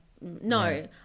no